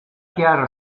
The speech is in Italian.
chiaro